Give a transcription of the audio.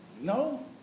No